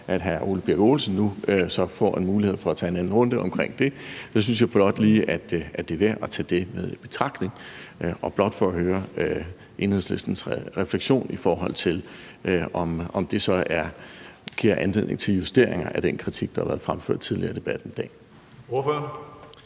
at hr. Ole Birk Olesen nu så får en mulighed for at tage en anden runde omkring det, så synes jeg blot lige, at det er værd at tage det med i betragtning og høre Enhedslistens refleksion, i forhold til om det så giver anledning til justeringer af den kritik, der har været fremført tidligere i debatten i dag.